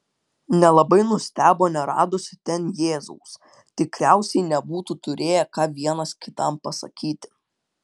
nelabai nustebo neradusi ten jėzaus tikriausiai nebūtų turėję ką vienas kitam pasakyti